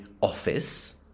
office